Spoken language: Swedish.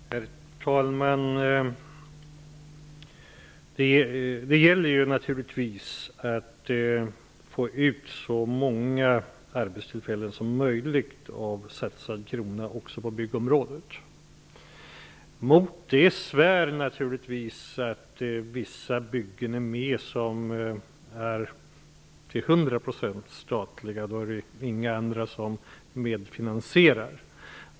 Herr talman! Det gäller naturligtvis också på byggområdet att få ut så många arbetstillfällen som möjligt i förhållande till antalet satsade kronor. Mot det svär naturligtvis att vissa av byggena till hundra procent är statliga och alltså inte har privata medfinansiärer.